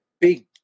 Big